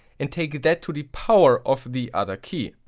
and take that to the power of the other key.